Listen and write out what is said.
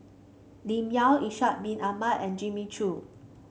Lim Yau Ishak Bin Ahmad and Jimmy Chok